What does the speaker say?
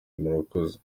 murakoze